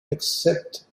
except